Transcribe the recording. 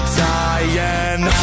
dying